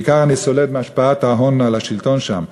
בעיקר אני סולד מהשפעת ההון על השלטון שם,